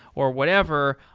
or whatever.